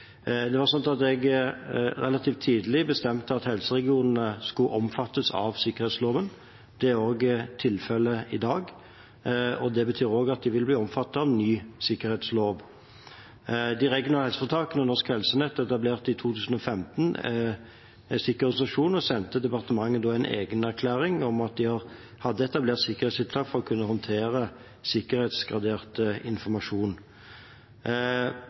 tilfellet i dag, og det betyr at de vil bli omfattet av den nye sikkerhetsloven. De regionale helseforetakene og Norsk Helsenett etablerte i 2015 en sikkerhetsorganisasjon og sendte da departementet en egenerklæring om at de hadde etablert sikkerhetstiltak for å kunne håndtere sikkerhetsgradert informasjon.